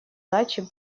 даче